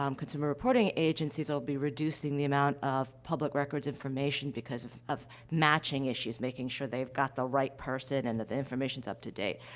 um consumer reporting agencies will be reducing the amount of public records information because of of matching issues, making sure they've got the right person and that the information's up to date.